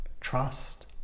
trust